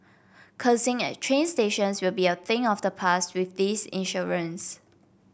cursing at train stations will be a thing of the past with this insurance